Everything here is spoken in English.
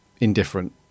indifferent